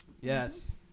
Yes